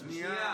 שנייה.